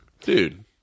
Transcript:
dude